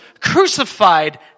crucified